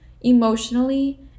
emotionally